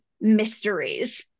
mysteries